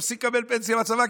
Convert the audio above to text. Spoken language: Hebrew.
תפסיק לקבל פנסיה מהצבא,